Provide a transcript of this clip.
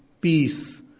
peace